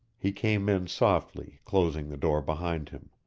he came in softly, closing the door behind him.